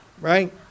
right